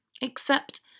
Except